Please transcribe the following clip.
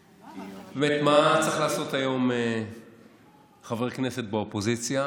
באמת, מה צריך לעשות היום חבר כנסת באופוזיציה?